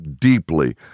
deeply